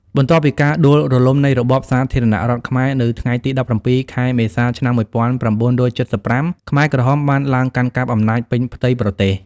បន្ទាប់ពីការដួលរំលំនៃរបបសាធារណរដ្ឋខ្មែរនៅថ្ងៃទី១៧ ខែមេសា ឆ្នាំ១៩៧៥ ខ្មែរក្រហមបានឡើងកាន់កាប់អំណាចពេញផ្ទៃប្រទេស។